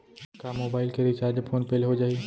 का मोबाइल के recharge PhonePe ले हो जाही?